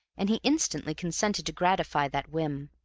and he instantly consented to gratify that whim.